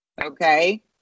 okay